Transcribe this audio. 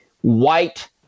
white